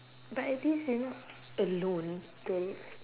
but at least you're not alone get it